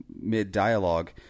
mid-dialogue